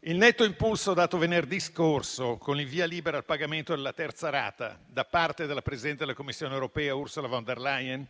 Il netto impulso dato venerdì scorso con il via libera al pagamento della terza rata da parte della presidente della Commissione europea Ursula von der Leyen